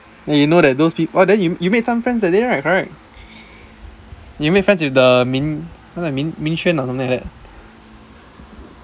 yeah you know that those pe~ !wah! then you you made some friends that day right correct you make friends with the Ming uh like Ming-Xuan or something like that